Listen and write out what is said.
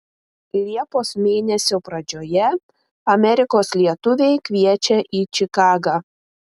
liepos mėnesio pradžioje amerikos lietuviai kviečia į čikagą